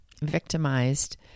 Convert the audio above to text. victimized